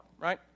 right